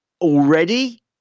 Already